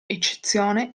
eccezione